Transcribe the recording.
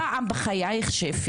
זה כל מה שאנו מבקשים.